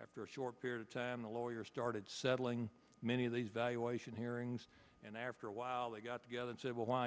after a short period of time the lawyers started settling many of these valuation hearings and after a while they got together and said well why